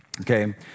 Okay